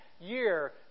year